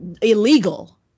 illegal